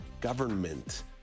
government